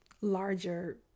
larger